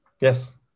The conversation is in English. Yes